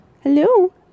Hello